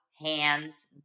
hands